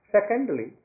Secondly